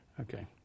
Okay